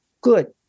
Good